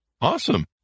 Awesome